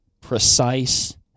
precise